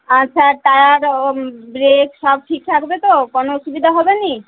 আচ্ছা tyre brake সব ঠিক থাকবে তো কোনো অসুবিধা হবে না